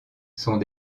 sont